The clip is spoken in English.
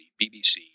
BBC